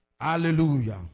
Hallelujah